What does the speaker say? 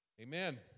Amen